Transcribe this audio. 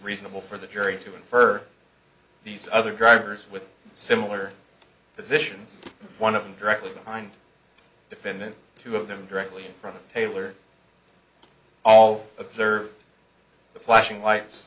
reasonable for the jury to infer these other drivers with similar position one of them directly behind defendant two of them directly in front of taylor all observe the flashing lights